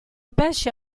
pesce